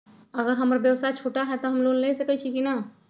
अगर हमर व्यवसाय छोटा है त हम लोन ले सकईछी की न?